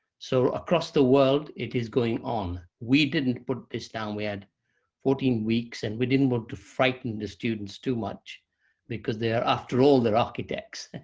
so across the world, it is going on. we didn't put this down. we had fourteen weeks, and we didn't want to frighten the students too much because after all, they're architects.